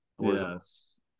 Yes